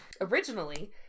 Originally